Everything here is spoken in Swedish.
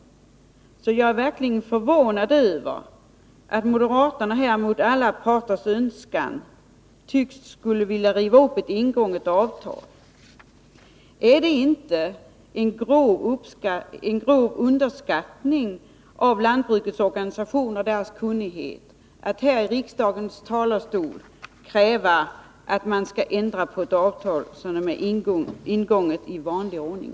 Jag är därför verkligen förvånad över att moderaterna här, mot alla parters önskan, tycks vilja riva upp ett ingånget avtal. Är det inte en grov underskattning av lantbrukets organisationer och deras kunnighet att här i riksdagens talarstol kräva att man skall ändra ett avtal som är ingånget i vanlig ordning?